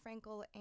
Frankel